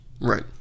Right